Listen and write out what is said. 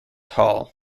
hall